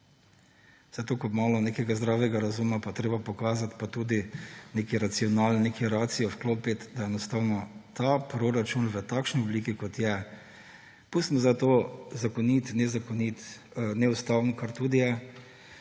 tako malo nekega zdravega razuma pa je treba pokazati pa tudi neki ratio vklopiti, enostavno je ta proračun v takšni obliki, kot je – pustimo zdaj to, zakonit, nezakonit, neustaven, kar tudi je